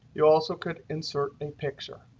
you also could insert a picture.